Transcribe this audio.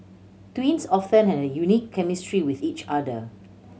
twins often have a unique chemistry with each other